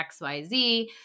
XYZ